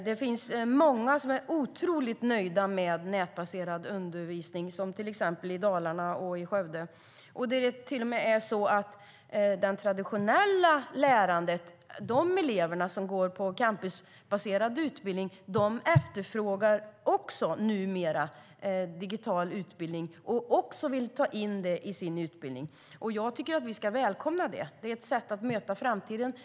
Det finns många som är otroligt nöjda med den nätbaserade undervisningen, till exempel i Dalarna och Skövde. Det är till och med så att eleverna i den traditionella undervisningen, de som går på campusbaserad utbildning, numera också efterfrågar digital utbildning och vill ta in det i sin utbildning. Jag tycker att vi ska välkomna det. Det är ett sätt att möta framtiden.